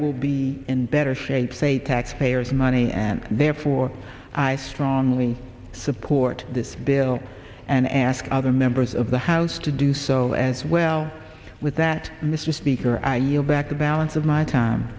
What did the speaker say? will be in better shape say taxpayers money and therefore i strongly support this bill and ask other members of the house to do so as well with that mr speaker i yield back the balance of my time